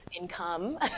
income